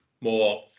more